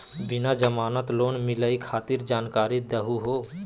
बिना जमानत लोन मिलई खातिर जानकारी दहु हो?